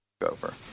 over